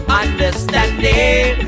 understanding